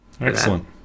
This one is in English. Excellent